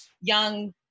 young